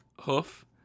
hoof